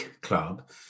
club